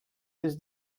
was